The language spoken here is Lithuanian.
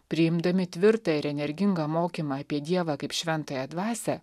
priimdami tvirtą ir energingą mokymą apie dievą kaip šventąją dvasią